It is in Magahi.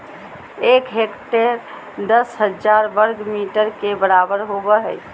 एक हेक्टेयर दस हजार वर्ग मीटर के बराबर होबो हइ